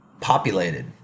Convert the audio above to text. populated